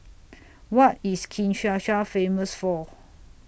What IS Kinshasa Famous For